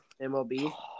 MLB